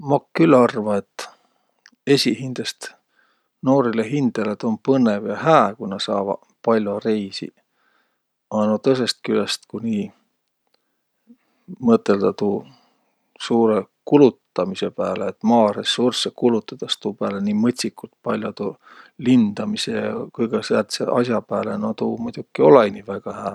Maq külh arva, et esiqhindäst noorilõ hindäle tuu um põnnõv ja hää, ku nä saavaq pall'o reisiq. A no tõsõst külest, ku nii mõtõldaq tuu suurõ kulutamisõ pääle, et Maa ressurssõ kulutõdas tuu pääle nii mõtsikult pall'o, tuu lindamisõ ja kõgõ sääntse as'a pääle, no tuu muidoki olõ-õi nii väega hää.